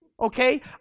Okay